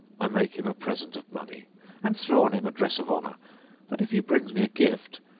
i make him a present of money and throw on him a dress of honour but if he bring me a gift,